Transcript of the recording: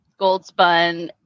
Goldspun